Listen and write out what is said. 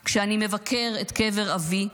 / כשאני מבקר את קבר אבי,